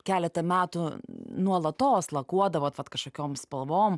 keleta metų nuolatos lakuodavot vat kažkokiom spalvom